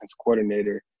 coordinator